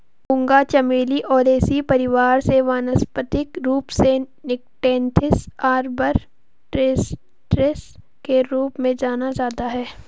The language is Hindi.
मूंगा चमेली ओलेसी परिवार से वानस्पतिक रूप से निक्टेन्थिस आर्बर ट्रिस्टिस के रूप में जाना जाता है